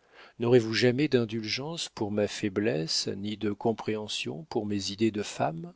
esprit n'aurez-vous jamais d'indulgence pour ma faiblesse ni de compréhension pour mes idées de femme